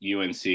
UNC